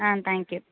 ah thank you